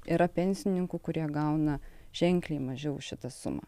yra pensininkų kurie gauna ženkliai mažiau už šitą sumą